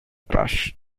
crash